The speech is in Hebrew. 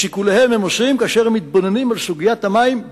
את שיקוליהם הם עושים כאשר הם מתבוננים על סוגיית המים בלבד.